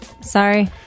Sorry